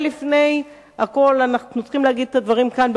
אולי לפני הכול אנחנו צריכים להגיד את הדברים כאן,